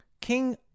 king